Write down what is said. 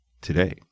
today